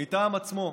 מטעם עצמו.